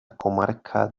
comarca